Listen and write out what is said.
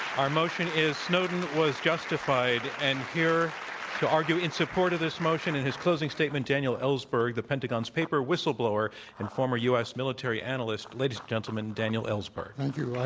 our motion is snowden was justified. and here to argue in support of this motion in his closing statement, daniel ellsberg, the pentagon's paper whistleblower and former u. s. military analyst. ladies and gentlemen, daniel ellsberg. thank you,